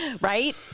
Right